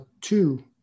two